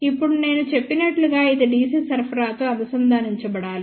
ఇప్పుడు నేను చెప్పినట్లుగా ఇది DC సరఫరాతో అనుసంధానించబడాలి